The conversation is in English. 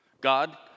God